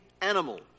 animal